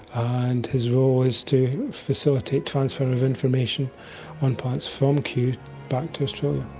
and his role is to facilitate transfer of information on plants from kew back to australia